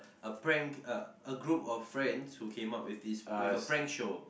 a prank a a group of friends who came up with this with a prank show